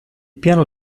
piano